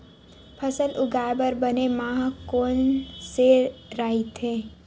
फसल उगाये बर बने माह कोन से राइथे?